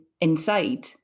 inside